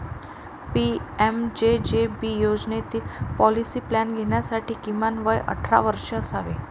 PMJJB योजनेतील policy plan घेण्यासाठी किमान वय अठरा वर्षे असावे